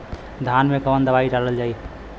धान मे कवन दवाई डालल जाए?